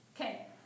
okay